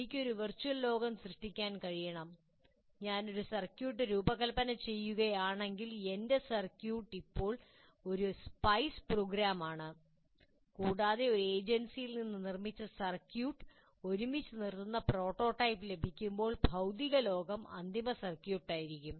എനിക്ക് ഒരു വെർച്വൽ ലോകം സൃഷ്ടിക്കാൻ കഴിയണം ഞാൻ ഒരു സർക്യൂട്ട് രൂപകൽപ്പന ചെയ്യുകയാണെങ്കിൽ എന്റെ സർക്യൂട്ട് ഇപ്പോൾ ഒരു സ്പൈസ് പ്രോഗ്രാം ആണ് കൂടാതെ ഒരു ഏജൻസിയിൽ നിന്ന് നിർമ്മിച്ച സർക്യൂട്ട് ഒരുമിച്ച് നിർത്തുന്ന പ്രോട്ടോടൈപ്പ് ലഭിക്കുമ്പോൾ ഭൌതിക ലോകം അന്തിമ സർക്യൂട്ട് ആയിരിക്കും